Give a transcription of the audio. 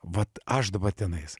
vat aš dabar tenai